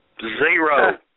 Zero